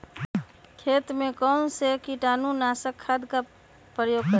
खेत में कौन से कीटाणु नाशक खाद का प्रयोग करें?